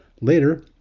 Later